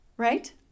right